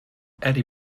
eddy